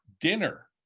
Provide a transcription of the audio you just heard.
dinner